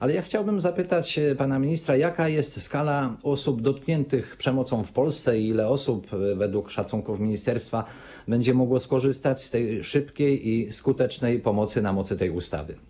Ale ja chciałbym zapytać pana ministra: Jaka jest skala osób dotkniętych przemocą w Polsce i ile osób według szacunków ministerstwa będzie mogło skorzystać z szybkiej i skutecznej pomocy na mocy tej ustawy?